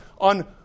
on